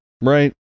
Right